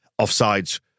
offsides